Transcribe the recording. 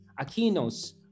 Aquino's